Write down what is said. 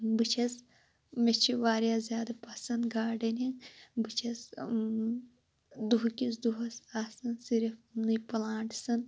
بہٕ چھَس مےٚ چھِ واریاہ زیادٕ پَسَنٛد گاڈنِنٛگ بہٕ چھَس دۄہکِس دۄہَس آسان صِرف یِمنٕے پُلانٛٹسَن